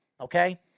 okay